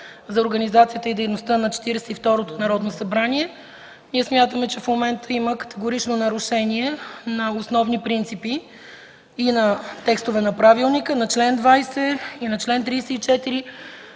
за организацията и дейността на Четиридесет и второто Народно събрание. Смятаме, че в момента има категорично нарушение на основни принципи и на текстове на Правилника – чл. 20 и чл. 34,